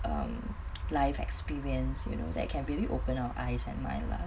um life experience you know that can really open our eyes and mind lah